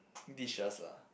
dishes lah